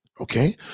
okay